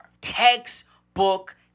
Textbook